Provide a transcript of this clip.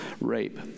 rape